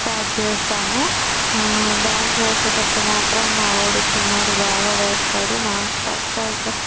start చేస్తాము dance వేసేటప్పుడు మాత్రం మావాడు చిన్నోడు బాగా వేస్తాడు నాన్స్టాప్గా ఒక